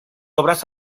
obras